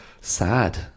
sad